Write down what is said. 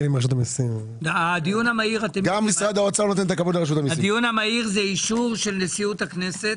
הדיון המהיר זה אישור נשיאות הכנסת,